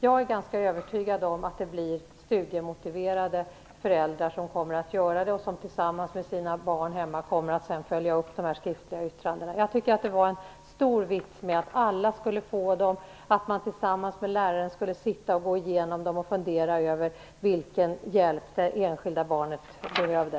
Jag är ganska övertygad om att det blir studiemotiverade föräldrar som sedan tillsammans med sina barn hemma kommer att följa upp de skriftliga yttrandena. Jag tycker att det var en stor vits med att alla skulle få skriftliga intyg, att man tillsammans med läraren skulle sitta och gå igenom dem och fundera över vilken hjälp det enskilda barnet behövde.